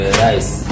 rice